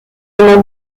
normal